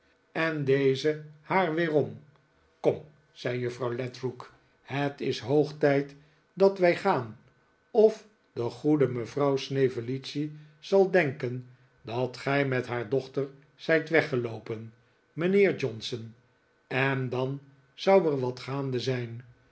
en deze haar weerom kom zei juffrouw ledrook het is hoog tijd dat wij gaan of de goede mevrouw snevellicci zal denken dat gij met haar dochter zijt weggeloopen mijnheer johnson en dan zou er wat gaande zijn